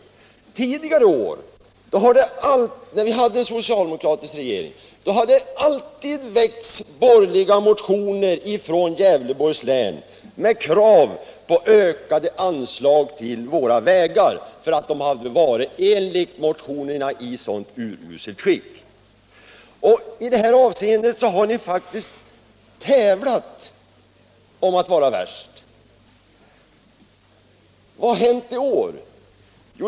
Under tidigare år, när vi hade en socialdemokratisk regering, har det alltid väckts borgerliga motioner från Gävleborgs län med krav på ökade anslag till våra vägar för att dessa, enligt motionärerna, varit i så uruselt skick. I det här avseendet har ni faktiskt tävlat om att vara värst. Vad har hänt i år?